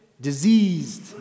diseased